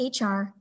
HR